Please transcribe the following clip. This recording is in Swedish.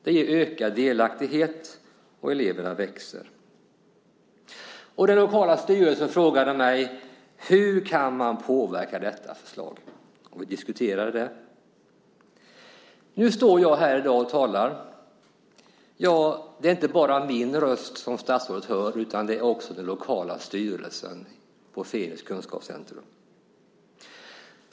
Det ökar delaktighet, och eleverna växer. Den lokala styrelsen frågade mig: Hur kan man påverka detta förslag? Vi diskuterade det. Nu står jag här och talar. Det är inte bara min röst som statsrådet hör, utan det är också den lokala styrelsens på Fenix kunskapscentrum.